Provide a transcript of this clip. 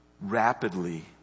rapidly